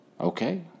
okay